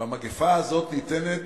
והמגפה הזאת ניתנת